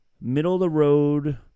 middle-of-the-road